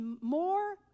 more